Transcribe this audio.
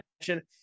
attention